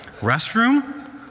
Restroom